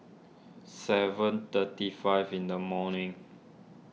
seven thirty five in the morning